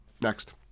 Next